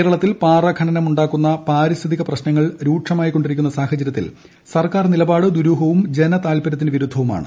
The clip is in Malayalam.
കേരളത്തിൽ പാറ ഖനനം ഉണ്ടാക്കുന്ന പാരിസ്ഥിതിക പ്രശ്നങ്ങൾ രൂക്ഷമായി കൊണ്ടിരിക്കുന്ന സാഹചര്യത്തിൽ സർക്കാർ നിലപാട് ദുരൂഹവും ജനതാല്പരൃത്തിനു വിരുദ്ധവുമാണ്